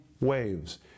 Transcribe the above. waves